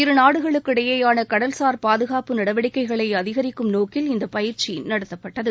இருநாடுகளுக்கு இடையேயான கடல்சார் பாதுகாப்பு நடவடிக்கைகளை அதிகரிக்கும் நோக்கில் இந்த பயிற்சி நடத்தப்பட்டது